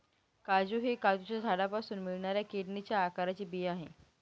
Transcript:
काजू हे काजूच्या झाडापासून मिळणाऱ्या किडनीच्या आकाराचे बी आहे